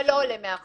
זה לא עולה מהחוק.